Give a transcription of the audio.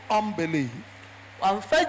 unbelief